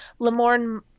Lamorne